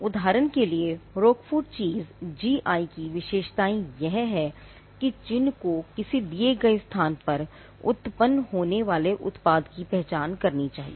उदाहरण के लिए रोकेफोर्ट चीज़ की विशेषताएं यह है कि चिन्ह को किसी दिए गए स्थान पर उत्पन्न होने वाले उत्पाद की पहचान करनी चाहिए